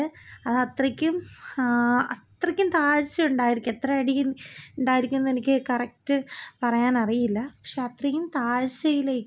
അതിൻ്റെ വാർത്തകൾ കാണാറുണ്ട് പിന്നെ വിനോദമായിട്ട് ബന്ധപ്പെട്ടാണെങ്കിൽ ഇപ്പം സന്തോഷ് ജോർജ് കുളങ്ങരയുടെ സഞ്ചാരം പരിപാടികൾ ഞാൻ കാണാറുണ്ട് അപ്പം